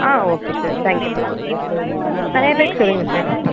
ah okay sir thank you sir நிறையா பேருக்கு சொல்லுங்கள் சார் ஆ